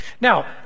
Now